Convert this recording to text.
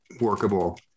workable